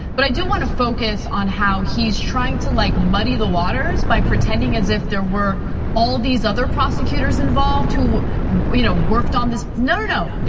but i do wanna focus on how he's trying to like muddy the waters by pretending as if there were all these other prosecutors involved who you know worked on this. no, no, yeah